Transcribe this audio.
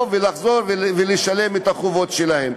לחזור ולשלם את החובות שלהם.